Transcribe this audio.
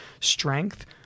strength